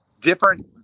different